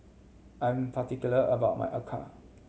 I'm particular about my acar